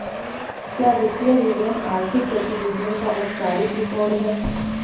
क्या वित्तीय विवरण आर्थिक गतिविधियों का औपचारिक रिकॉर्ड है?